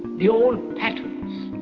the old patterns,